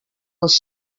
els